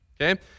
okay